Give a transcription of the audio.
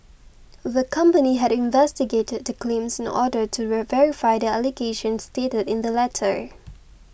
the company had investigated the claims in order to verify the allegations stated in the letter